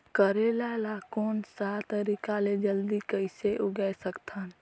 करेला ला कोन सा तरीका ले जल्दी कइसे उगाय सकथन?